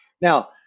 Now